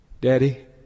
daddy